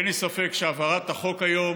אין לי ספק שהעברת החוק היום